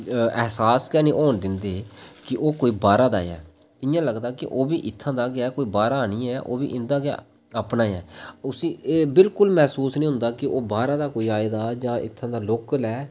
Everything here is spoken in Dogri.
एहसास गै निं होन दिंदे की ओह् कोई बाहरा दा ऐ इं'या लगदा ओह्बी इत्थें दा गै कोई बाहरा निं ऐ ओह्बी इं'दा गै अपना ऐ उसी एह् बिल्कुल बी मसूस निं होंदा कि ओह् बाहरा कोई आए दा जां इत्थें दा लोकल ऐ